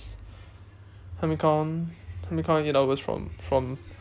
help me count help me count eight hours from from